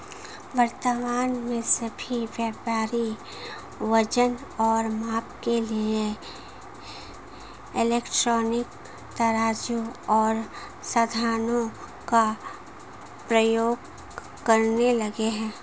वर्तमान में सभी व्यापारी वजन और माप के लिए इलेक्ट्रॉनिक तराजू ओर साधनों का प्रयोग करने लगे हैं